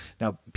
Now